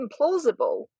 implausible